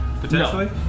Potentially